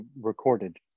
recorded